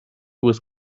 with